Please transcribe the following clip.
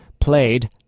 played